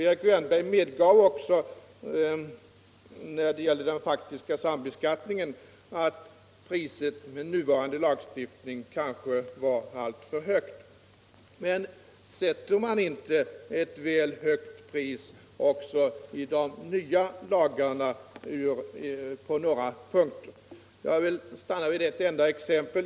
Erik Wärnberg medgav också när det gällde den faktiska sambeskattningen att priset med nuvarande lagstiftning kanske var alltför högt. Men sätter man inte ett väl högt pris också i de nya lagarna på några punkter? Jag vill stanna vid ett enda exempel.